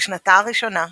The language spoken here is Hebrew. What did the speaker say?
בשנתה הראשונה,